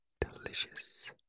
delicious